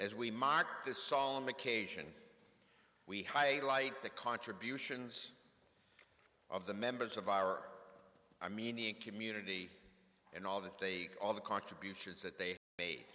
as we mark this solemn occasion we highlight the contributions of the members of our i mean the community and all that they all the contributions that they may